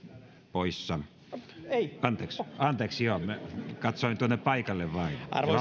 poissa anteeksi anteeksi joo katsoin tuonne paikalle vain